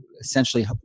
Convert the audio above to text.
essentially